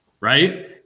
right